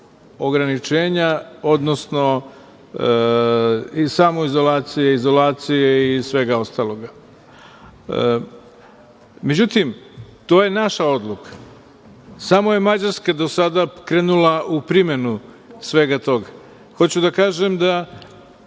ograničenja, odnosno i samoizolacije, izolacije i svega ostalog.Međutim, to je naša odluka. Samo je Mađarska do sada krenula u primenu svega toga. Hoću da kažem da